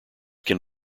can